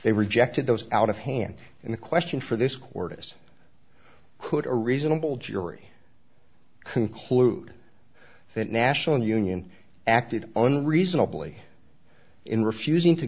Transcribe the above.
they rejected those out of hand and the question for this court is could a reasonable jury conclude that national union acted unreasonably in refusing to